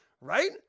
right